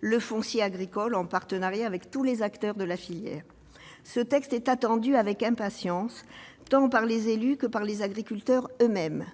le foncier agricole, en partenariat avec tous les acteurs de la filière. Un tel texte est attendu avec impatience, tant par les élus que par les agriculteurs eux-mêmes.